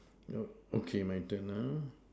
nope okay my turn ah